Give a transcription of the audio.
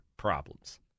problems